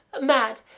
mad